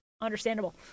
Understandable